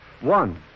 One